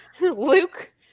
Luke